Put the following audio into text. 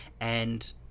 And-